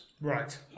right